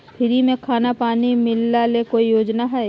Free में खाना पानी मिलना ले कोइ योजना हय?